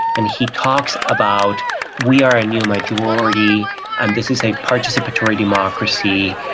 and he talks about we are a new majority and this is a participatory democracy,